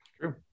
True